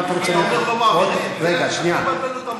מה אתה רוצה, אל תבלבלו את המוח.